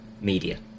media